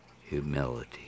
humility